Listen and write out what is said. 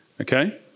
okay